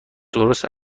درست